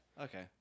Okay